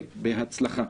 בהצלחה.